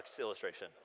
illustration